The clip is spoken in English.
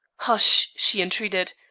hush! she entreated.